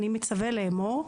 אני מצווה לאמור: